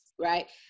right